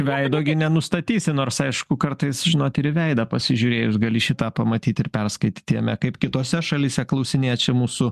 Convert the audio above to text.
veido gi nenustatysi nors aišku kartais žinot ir į veidą pasižiūrėjus gali šį tą pamatyti ir perskaityti jame kaip kitose šalyse klausinėja čia mūsų